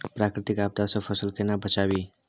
प्राकृतिक आपदा सं फसल केना बचावी?